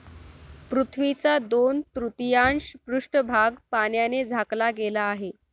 पृथ्वीचा दोन तृतीयांश पृष्ठभाग पाण्याने झाकला गेला आहे